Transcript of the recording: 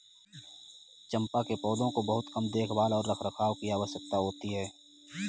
चम्पा के पौधों को बहुत कम देखभाल और रखरखाव की आवश्यकता होती है